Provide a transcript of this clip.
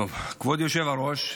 כבוד היושב-ראש,